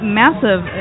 massive